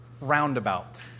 roundabout